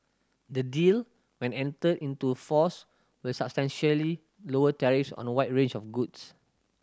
the deal when entered into force will substantially lower tariffs on a wide range of goods